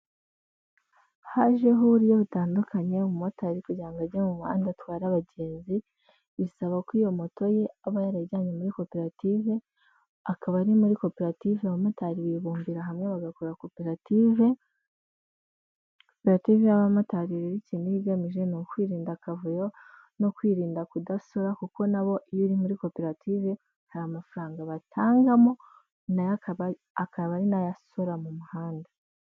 Hajeho uburyo butandukanye umumotari kugira ngo ajye mu muhanda atware abagenzi bisaba ko iyo moto ye aba yarayijyanye muri koperative akaba ari muri koperative abamotari bibumbira hamwe bagakora koperativeperative. Koperative y'abamotari ikintu igamije ni ukwirinda akavuyo no kwirinda kudasora kuko nabo iyo uri muri koperative hari amafaranga batangamo na yo akaba ari na yo asora mu muhanda.